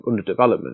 underdevelopment